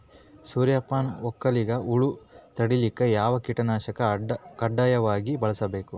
ಸೂರ್ಯಪಾನ ಬೆಳಿಗ ಹುಳ ತಡಿಲಿಕ ಯಾವ ಕೀಟನಾಶಕ ಕಡ್ಡಾಯವಾಗಿ ಬಳಸಬೇಕು?